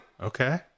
Okay